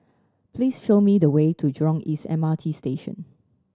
please show me the way to Jurong East M R T Station